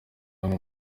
bamwe